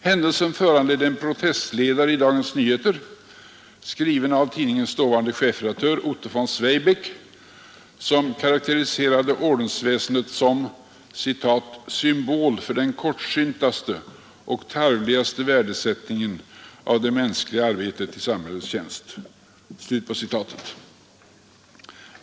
Händelsen föranledde en protestledare i Dagens Nyheter, skriven av tidningens dåvarande chefredaktör Otto von Zweigbergk, som karakteriserade ordensväsendet som en ”symbol för den kortsyntaste och tarvligaste värdesättningen av det mänskliga arbetet i samhällets tjänst”.